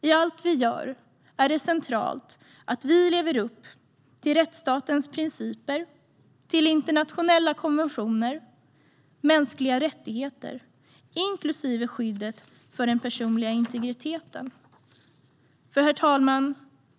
I allt vi gör är det centralt att vi lever upp till rättsstatens principer, internationella konventioner och mänskliga rättigheter, inklusive skyddet för den personliga integriteten. Herr talman!